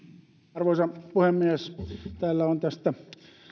arvoisa puhemies täällä on